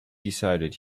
decided